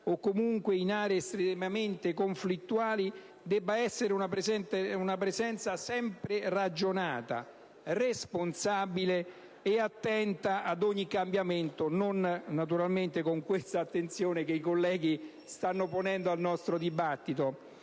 o, comunque, in aree estremamente conflittuali, debba essere una presenza sempre ragionata, responsabile e attenta ad ogni cambiamento, non certo con l'attenzione che i colleghi stanno ponendo a questo dibattito.